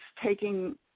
taking